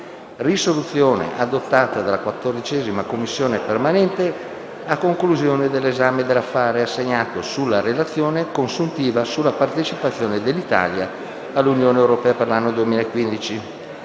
**Risoluzione adottata dalla 14a Commissione permanente a conclusione dell'esame dell'affare assegnato «Relazione consuntiva sulla partecipazione dell'Italia all'Unione europea per l'anno 2015